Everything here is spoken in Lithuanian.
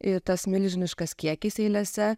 ir tas milžiniškas kiekis eilėse